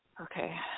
Okay